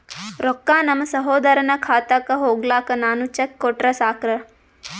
ರೊಕ್ಕ ನಮ್ಮಸಹೋದರನ ಖಾತಕ್ಕ ಹೋಗ್ಲಾಕ್ಕ ನಾನು ಚೆಕ್ ಕೊಟ್ರ ಸಾಕ್ರ?